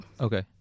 Okay